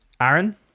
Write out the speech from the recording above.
Aaron